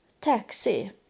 taxi